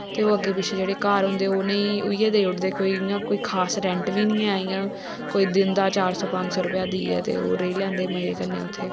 ते ओह् अग्गे पिछे जेह्ड़े घर होंदे उनें उयै देई उड़दे कोई इयां कोई खास रैंट बी नी ऐ इयां कोई दिंदा चार सौ पंज सौ रपेआ देईयै ते ओह् रेही लैंदे मज़े कन्नै